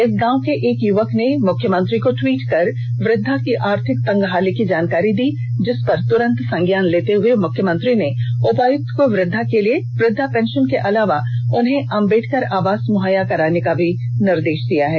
इस गांव के एक युवक ने मुख्यमंत्री को ट्वीट कर वृद्वा की आर्थिक तंगहाली की जानकारी दी जिस पर तुरंत संज्ञान लेते हुए मुख्यमंत्री ने उपायुक्त को वृद्वा के लिए वृद्वा पेंषन के अलावा उन्हें अंम्बेडकर अवास मुहैया कराने का भी निर्देष दिया है